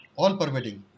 all-pervading